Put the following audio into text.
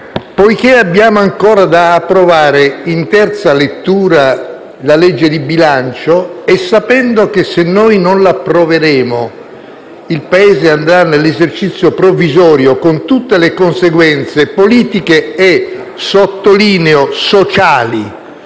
poiché abbiamo ancora da approvare in terza lettura il disegno di legge di bilancio, e sapendo che, se non lo approveremo, il Paese andrà nell'esercizio provvisorio, con tutte le conseguenze politiche e - sottolineo - sociali